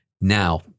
now